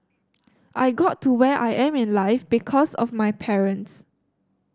I got to where I am in life because of my parents